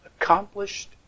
accomplished